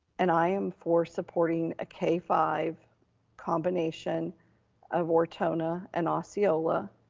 and i am for supporting a k five combination of ortona and osceola.